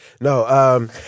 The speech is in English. No